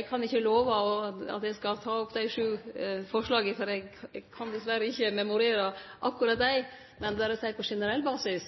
Eg kan ikkje love at eg skal ta opp dei sju forslaga, for eg kan dessverre ikkje memorere akkurat dei. Eg vil berre seie på generell basis